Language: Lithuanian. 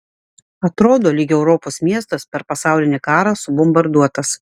atrodo lyg europos miestas per pasaulinį karą subombarduotas